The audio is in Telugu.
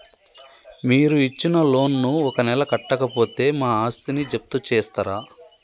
మీరు ఇచ్చిన లోన్ ను ఒక నెల కట్టకపోతే మా ఆస్తిని జప్తు చేస్తరా?